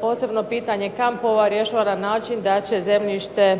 posebno pitanje kampova rješava na način da će zemljište